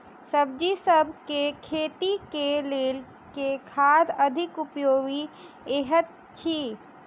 सब्जीसभ केँ खेती केँ लेल केँ खाद अधिक उपयोगी हएत अछि?